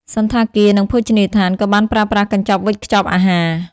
សណ្ឋាគារនិងភោជនីយដ្ឋានក៏បានប្រើប្រាស់កញ្ចប់វេចខ្ចប់អាហារ។